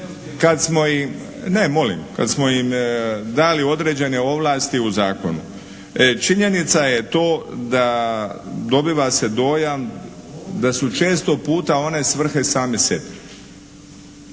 Kad smo im dali određene ovlasti u zakonu. Činjenica je to da dobiva se dojam da su često puta one svrhe same sebi.